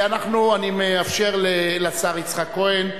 אני מאפשר לשר יצחק כהן,